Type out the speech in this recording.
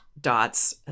dots